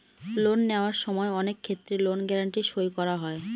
loan নেওয়ার সময় অনেক ক্ষেত্রে লোন গ্যারান্টি সই করা হয়